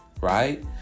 right